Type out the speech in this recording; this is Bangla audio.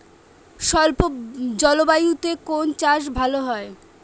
শুষ্ক জলবায়ুতে কোন চাষ ভালো হয়?